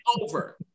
over